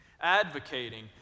advocating